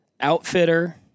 outfitter